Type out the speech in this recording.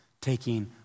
taking